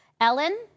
Ellen